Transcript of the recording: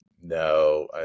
no